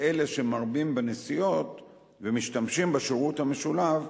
לאלה שמרבים בנסיעות ומשתמשים בשירות המשולב,